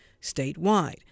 statewide